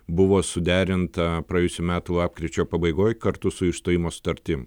buvo suderinta praėjusių metų lapkričio pabaigoj kartu su išstojimo sutartim